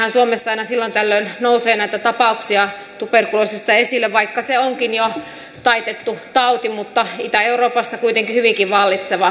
meillähän suomessa aina silloin tällöin nousee näitä tuberkuloositapauksia esille vaikka se onkin jo taitettu tauti mutta itä euroopassa kuitenkin hyvinkin vallitseva